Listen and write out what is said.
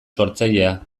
sortzailea